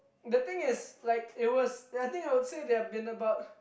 the thing is like it was that I think I would say they have been about